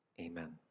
amen